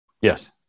Yes